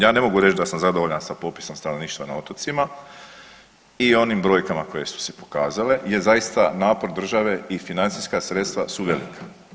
Ja ne mogu reći da sam zadovoljan sa popisom stanovništva na otocima i onim brojkama koje su se pokazale jer zaista napor države i financijska sredstva su velika.